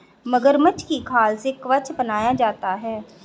मगरमच्छ की खाल से कवच बनाया जाता है